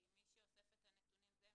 כי מי שאוסף את הנתונים זה הם.